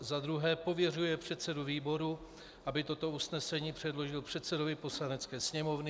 2. pověřuje předsedu výboru, aby toto usnesení předložil předsedovi Poslanecké sněmovny;